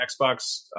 Xbox